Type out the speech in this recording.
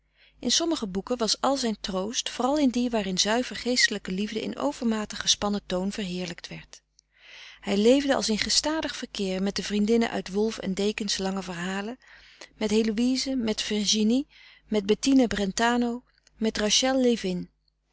in sommige boeken was al zijn troost vooral in die waarin zuiver geestelijke liefde in overmatig gespannen toon verheerlijkt werd hij leefde als in gestadig verkeer met de vriendinnen uit wolf en deken's lange verhalen met heloïse met virginie met bettina brentano met rachel levin